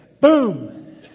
Boom